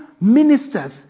ministers